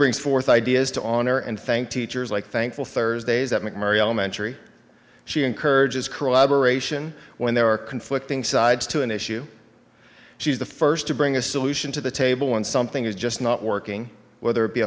brings forth ideas to honor and thank teachers like thankful thursdays at mcmurray elementary she encourages corroboration when there are conflicting sides to an issue she's the first to bring a solution to the table when something is just not working whether it be